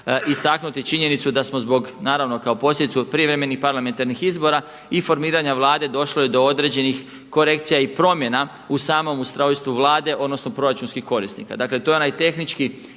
istaknuti činjenicu da smo zbog, naravno kao posljedicu prijevremenih parlamentarnih izbora i formiranja Vlade došlo je do određenih korekcija i promjena u samom ustrojstvu Vlade, odnosno proračunskih korisnika. Dakle to je onaj tehnički